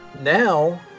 now